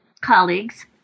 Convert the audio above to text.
colleagues